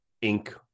ink